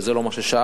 וזה לא מה ששאלת: